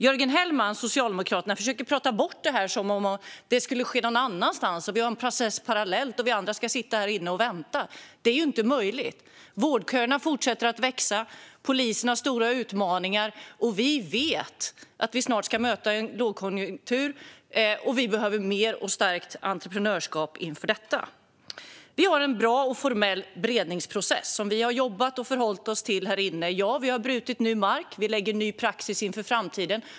Jörgen Hellman och Socialdemokraterna försöker att prata bort det här som att det skulle ske någon annanstans, att vi har en parallell process då vi andra ska sitta här inne och vänta. Det är inte möjligt. Vårdköerna fortsätter att växa. Polisen har stora utmaningar. Vi vet att vi snart ska möta en lågkonjunktur. Vi behöver mer och stärkt entreprenörskap inför detta. Vi har en bra och formell beredningsprocess som vi har jobbat med och förhållit oss till här inne. Ja, vi har brutit ny mark. Vi skapar ny praxis inför framtiden.